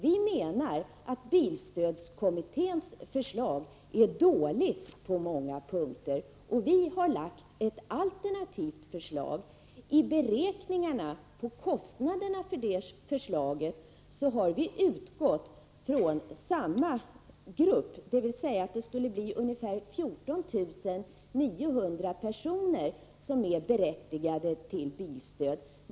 Vi menar att bilstödskommitténs förslag är dåligt på många punkter. Vi har lagt fram ett alternativt förslag. Vid beräkningarna av kostnaderna för det förslaget har vi utgått från samma grupp som bilstödskommittén anger, innebärande att det skulle bli ungefär 14 900 personer som är berättigade till bilstöd.